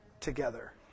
together